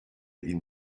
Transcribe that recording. ihn